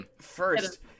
first